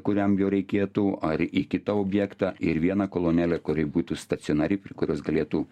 kuriam jo reikėtų ar į kitą objektą ir vieną kolonėlę kuri būtų stacionari prie kurios galėtų